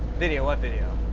video, what video?